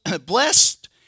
Blessed